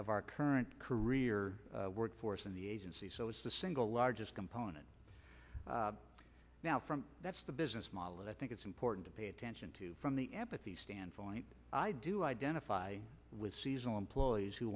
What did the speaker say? of our current career workforce in the agency so it's the single largest component now from that's the business model that i think it's important to pay attention to from the empathy stands i do identify with seasonal employees who